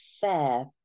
fair